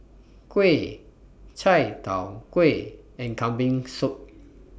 Kuih Chai Tow Kuay and Kambing Soup